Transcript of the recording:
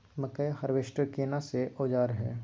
मकई हारवेस्टर केना सी औजार हय?